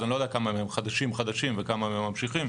אני לא יודע כמה מהם חדשים מאוד וכמה מהם ממשיכים.